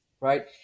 right